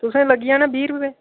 तुसेंगी लग्गी जाना बीह् रपेऽ